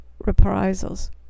reprisals